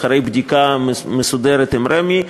אחרי בדיקה מסודרת עם רמ"י.